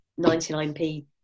99p